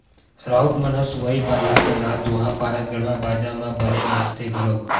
राउत मन ह सुहाई बंधात बंधात दोहा पारत गड़वा बाजा म बने नाचथे घलोक